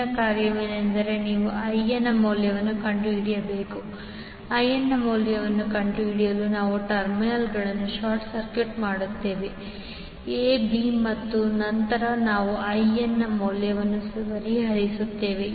ಮುಂದಿನ ಕಾರ್ಯವೆಂದರೆ ನೀವು IN ನ ಮೌಲ್ಯವನ್ನು ಕಂಡುಹಿಡಿಯಬೇಕು IN ನ ಮೌಲ್ಯವನ್ನು ಕಂಡುಹಿಡಿಯಲು ನಾವು ಟರ್ಮಿನಲ್ಗಳನ್ನು ಶಾರ್ಟ್ ಸರ್ಕ್ಯೂಟ್ ಮಾಡುತ್ತೇವೆ a b ಮತ್ತು ನಂತರ ನಾವು IN ನ ಮೌಲ್ಯವನ್ನು ಪರಿಹರಿಸುತ್ತೇವೆ